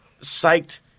psyched